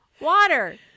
Water